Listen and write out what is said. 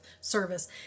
service